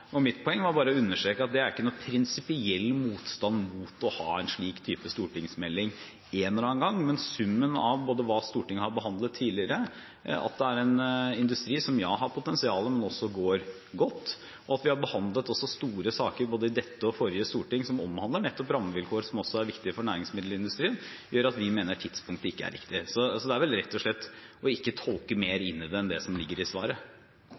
Mitt poeng var bare å understreke at det ikke er noen prinsipiell motstand mot å ha en slik stortingsmelding en eller annen gang, men summen av hva Stortinget har behandlet tidligere, at det er en industri som har potensial, men som også går godt, og at vi har behandlet store saker i både dette og forrige storting som omhandler nettopp rammevilkår som også er viktige for næringsmiddelindustrien, gjør at vi mener tidspunktet ikke er riktig. Det handler rett og slett om å ikke tolke mer inn i det enn det som ligger i svaret.